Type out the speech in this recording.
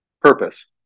Purpose